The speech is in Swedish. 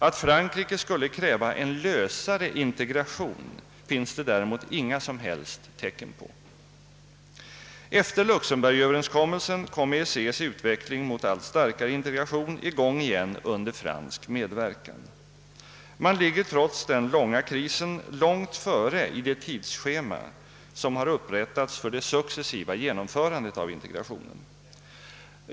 Att Frankrike skulle kräva en lösare integration finns det däremot inga som helst tecken på. Efter Luxemburgöverenskommelsen kom EEC:s utveckling mot allt starkare integration i gång igen under fransk medverkan. Man ligger trots den långa krisen långt före i det tidsschema som upprättats för det successiva genomförandet av integrationen.